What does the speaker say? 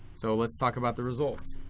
so let's talk about the results.